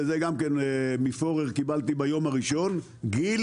ואת זה קיבלתי מפורר ביום הראשון גיל